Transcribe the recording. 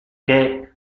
que